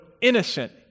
innocent